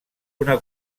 una